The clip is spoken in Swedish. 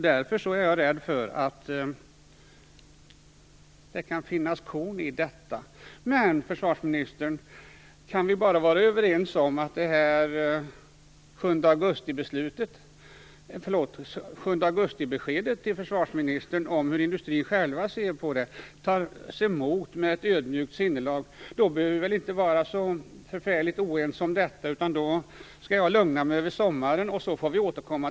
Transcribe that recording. Därför är jag rädd för att det kan finnas vissa korn i detta. Men kan vi bara vara överens om att beskedet till försvarsministern den 7 augusti om hur man inom industrin själva ser på detta tas emot med ett ödmjukt sinnelag, behöver vi inte vara så förfärligt oense. Då skall jag lugna mig över sommaren, och så får vi återkomma.